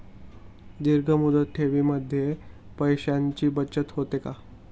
दीर्घ मुदत ठेवीमध्ये पैशांची बचत होते का?